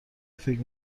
فکر